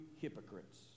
hypocrites